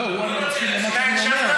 לא, הוא הקשיב למה שאני אומר.